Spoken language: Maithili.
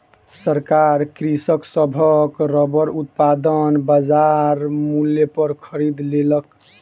सरकार कृषक सभक रबड़ उत्पादन बजार मूल्य पर खरीद लेलक